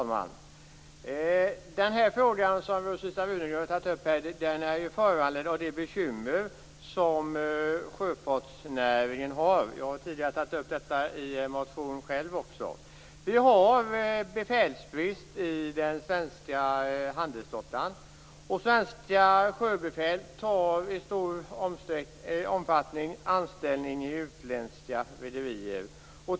Fru talman! Den fråga som Rosita Runegrund har tagit upp är föranledd av de bekymmer som sjöfartsnäringen har - och jag har själv tidigare tagit upp detta i en motion - i och med att det råder befälsbrist i den svenska handelsflottan. Svenska sjöbefäl tar i stor omfattning anställning i utländska rederier.